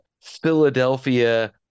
Philadelphia